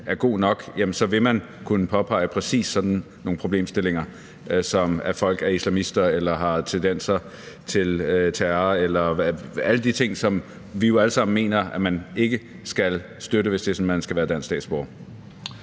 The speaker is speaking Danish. er god nok, så vil man kunne påpege præcis sådan nogle problemstillinger, i forhold til om folk er islamister eller har tendenser til terror – alle de ting, som vi jo alle sammen mener at man ikke skal støtte, hvis man skal være dansk statsborger